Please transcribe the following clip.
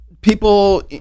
People